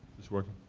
it's working.